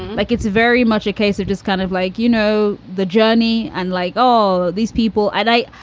like it's very much a case of just kind of like, you know, the journey. and like all these people and i,